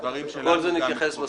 לכל זה נתייחס בסוף.